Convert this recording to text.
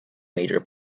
major